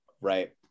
right